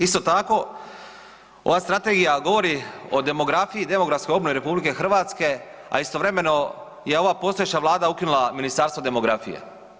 Isto tako ova strategija govori o demografiji i demografskoj obnovi RH, a istovremeno je ova postojeća vlada ukinula Ministarstvo demografije.